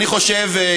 אני חושב,